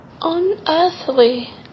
Unearthly